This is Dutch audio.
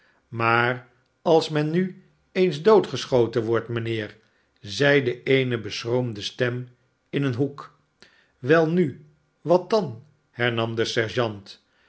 maar als men nu eens doodgeschoten wordt mijnheer zeide eene beschroomde stem in een hoek welnu wat dan hernam de sergeant